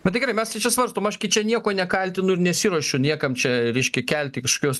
na tai gerai mes tai čia svarstom aš kai čia nieko nekaltinu ir nesiruošiu niekam čia reiškia kelti kažkokios